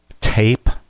tape